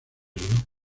río